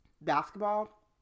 basketball